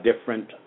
different